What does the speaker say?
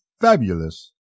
fabulous